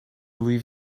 leave